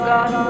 God